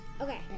Okay